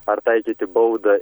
ar taikyti baudą